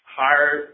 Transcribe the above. higher